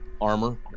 armor